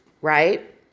right